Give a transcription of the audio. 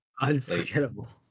Unforgettable